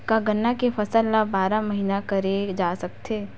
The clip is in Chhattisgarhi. का गन्ना के फसल ल बारह महीन करे जा सकथे?